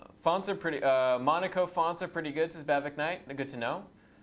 fonts are pretty monaco fonts are pretty good, says bhavik knight. and good to know.